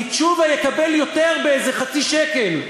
כי תשובה יקבל יותר באיזה חצי שקל.